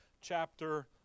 chapter